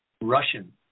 Russian